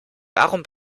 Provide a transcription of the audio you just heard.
warum